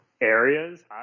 areas